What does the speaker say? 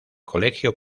colegio